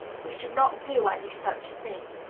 we should not do any such thing.